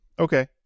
Okay